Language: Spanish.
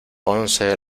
once